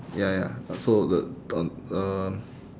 ya ya also the the on um